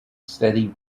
steady